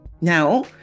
Now